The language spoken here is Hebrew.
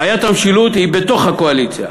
בעיית המשילות היא בתוך הקואליציה.